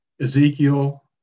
ezekiel